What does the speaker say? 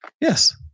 Yes